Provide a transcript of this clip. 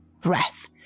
breath